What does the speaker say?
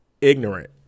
ignorant